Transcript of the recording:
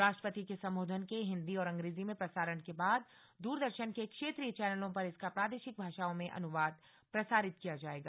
राष्ट्रपति के सम्बोधन के हिन्दी और अंग्रेजी में प्रसारण के बाद द्रदर्शन के क्षेत्रीय चैनलों पर इसका प्रादेशिक भाषाओं में अनुवाद प्रसारित किया जाएगा